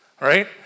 right